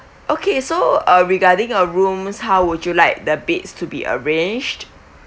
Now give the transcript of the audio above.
okay so uh regarding uh rooms how would you like the beds to be arranged